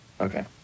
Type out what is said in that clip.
Okay